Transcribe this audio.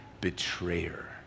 betrayer